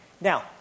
Now